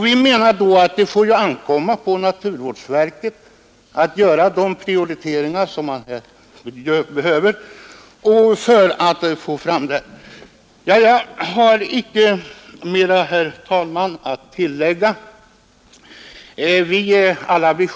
Vi menar då att det får ankomma på naturvårdsverket att göra de prioriteringar som behövs för att detta skall ske. Jag har icke mer att tillägga, herr talman.